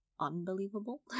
unbelievable